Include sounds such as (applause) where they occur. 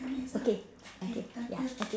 (noise) okay okay (noise) ya okay